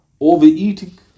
Overeating